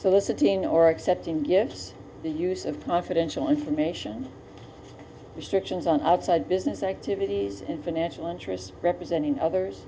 sitting or accepting gifts the use of confidential information restrictions on outside business activities and financial interests representing others